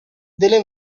delle